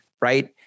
right